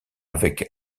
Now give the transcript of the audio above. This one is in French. avec